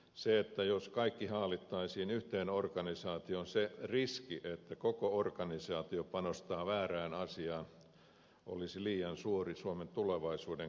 se riski jos kaikki haalittaisiin yhteen organisaatioon että koko organisaatio panostaa väärään asiaan olisi liian suuri suomen tulevaisuuden kannalta